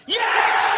yes